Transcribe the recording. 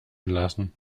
lassen